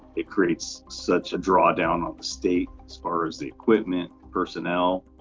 it creates such a draw down on the state as far as the equipment personnel.